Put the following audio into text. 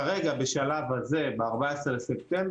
כרגע בשלב הזה ב14.09,